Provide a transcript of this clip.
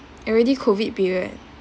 already COVID period